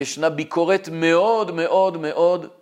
ישנה ביקורת מאוד מאוד מאוד.